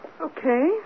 Okay